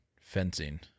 fencing